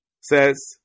says